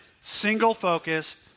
single-focused